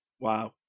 Wow